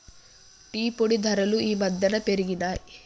tea పొడి ధరలు ఈ మధ్యన పెరిగినయ్